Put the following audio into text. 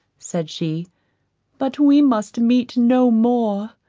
said she but we must meet no more.